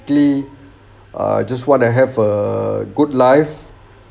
err just want to have a good life